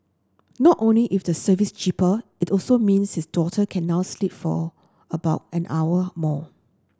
not only is the service cheaper it also means his daughter can now sleep for about an hour more